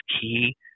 key